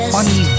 Funny